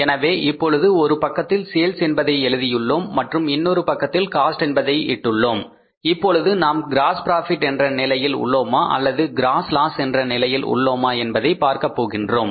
எனவே இப்பொழுது ஒரு பக்கத்தில் சேல்ஸ் என்பதை எழுதியுள்ளோம் மற்றும் இன்னொரு பக்கத்தில் காஸ்ட் என்பதை இட்டுள்ளோம் இப்பொழுது நாம் க்ராஸ் ப்ராபிட் என்ற நிலையில் உள்ளோமா அல்லது க்ராஸ் லாஸ் என்ற நிலையில் உள்ளோமா என்பதை பார்க்க போகின்றோம்